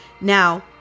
Now